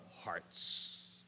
hearts